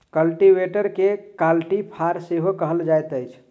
कल्टीवेटरकेँ कल्टी फार सेहो कहल जाइत अछि